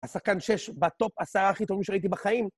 השחקן שש בטופ עשרה הכי טובים שראיתי בחיים.